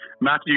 Matthew